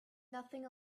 nothing